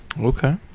Okay